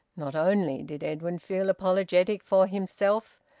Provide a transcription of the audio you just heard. not only did edwin feel apologetic for himself,